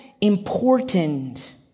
important